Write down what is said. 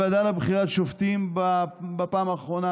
לוועדה לבחירת שופטים בפעם האחרונה,